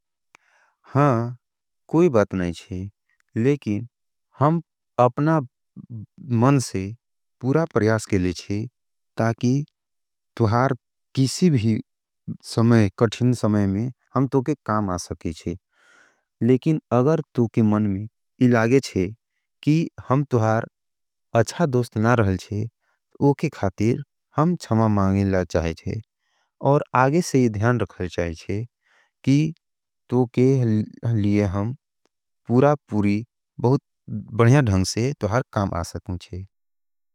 हाँ, कोई बात नहीं है, लेकिन हम अपना मन से पूरा परियास के लिए हैं, ताकि तुहार किसी भी समय, कठिन समय में हम तोके काम आ सके हैं। लेकिन अगर तोके मन में यह लागे छे कि हम तुहार अच्छा दोस्त ना रहल छे, वो के खातिर हम छमा मांगेला चाहें जे, और आगे से यह ध्यान रखल चाहें जे कि तोके लिए हम पूरा पूरी बहुत बनिया ढंग से तुहार काम आ सकूं जे।